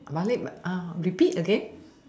balik uh repeat again